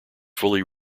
fully